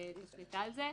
שליטה על זה,